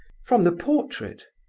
from the portrait!